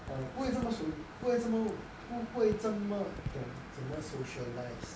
err 不会这么随不会这么不会这么懂怎么 socialize